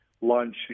lunch